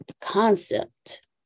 concept